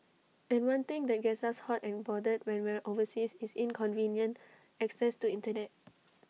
and one thing that gets us hot and bothered when we're overseas is inconvenient access to Internet